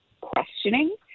questioning